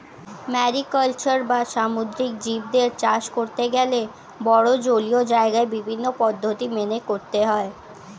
mariculture বা সামুদ্রিক জীবদের চাষ করতে গেলে বড়ো জলীয় জায়গায় বিভিন্ন পদ্ধতি মেনে করতে হয়